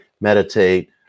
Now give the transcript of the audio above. meditate